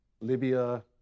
Libya